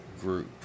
Group